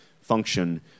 function